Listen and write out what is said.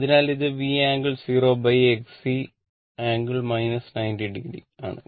അതിനാൽ ഇത് V ∟ 0 XC ∟ 90 o ആണ്